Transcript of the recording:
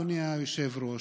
אדוני היושב-ראש,